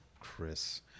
Chris